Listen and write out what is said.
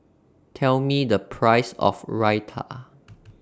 Tell Me The Price of Raita